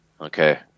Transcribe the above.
okay